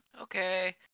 okay